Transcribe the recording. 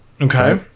Okay